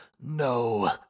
No